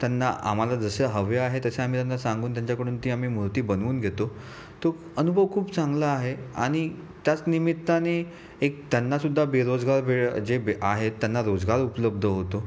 त्यांना आम्हाला जसे हवे आहे तसे आम्ही त्यांना सांगून त्यांच्याकडून ती आम्ही मूर्ती बनवून घेतो तो अनुभव खूप चांगला आहे आणि त्याच निमित्ताने एक त्यांना सुद्धा बेरोजगार जे आहेत त्यांना रोजगार उपलब्ध होतो